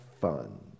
fun